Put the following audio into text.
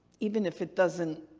even if it doesn't